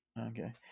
Okay